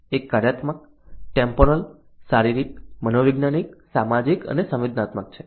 એક કાર્યાત્મક ટેમ્પોરલ શારીરિક મનોવૈજ્ઞાનિક સામાજિક અને સંવેદનાત્મક છે